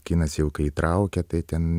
kinas jau kai įtraukia tai ten